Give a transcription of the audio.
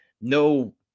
no